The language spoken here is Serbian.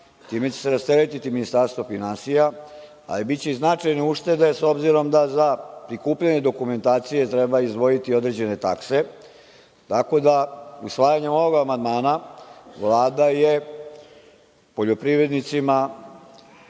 time će se rasteretiti Ministarstvo finansija, ali biće i značajne uštede, s obzirom da za prikupljanje dokumentacije treba izdvojiti određene takse. Tako da, usvajanjem ovog amandmana, Vlada je poljoprivrednicima